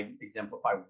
exemplify